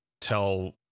Tell